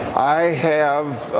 i have